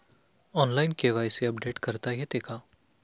Online KYC update करता येते का?